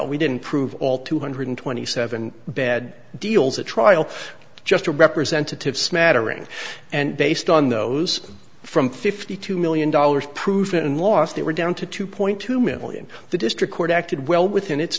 trial we didn't prove all two hundred twenty seven bad deals at trial just a representative smattering and based on those from fifty two million dollars prove it and lost they were down to two point two million the district court acted well within its